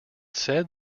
said